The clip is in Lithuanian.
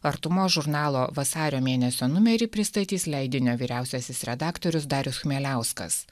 artumos žurnalo vasario mėnesio numerį pristatys leidinio vyriausiasis redaktorius darius chmieliauskas